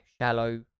shallow